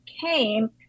came